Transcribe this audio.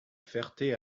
ferté